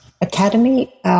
Academy